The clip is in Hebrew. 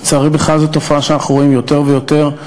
לצערי, בכלל, זו תופעה שאנחנו רואים יותר ויותר.